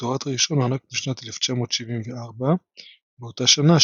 הדוקטורט הראשון הוענק בשנת 1974. באותה שנה,